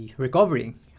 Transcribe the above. recovering